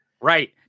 Right